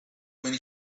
when